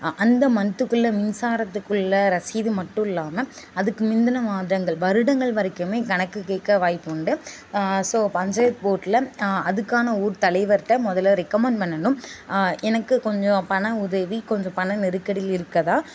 அந்த மந்த்துக்குள்ளே மின்சாரத்துக்குள்ள ரசீது மட்டும் இல்லாமல் அதுக்கு முந்துன மாதங்கள் வருடங்கள் வரைக்குமே கணக்கு கேட்க வாய்ப்பு உண்டு ஸோ பஞ்சாயத்து போர்டில் அதுக்கான ஊர் தலைவர்ட்டே முதல்ல ரெக்கமெண்ட் பண்ணணும் எனக்கு கொஞ்சம் பண உதவி கொஞ்சம் பண நெருக்கடியில் இருக்கிறதா